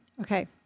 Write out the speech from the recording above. Okay